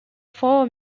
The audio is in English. four